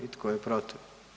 I tko je protiv?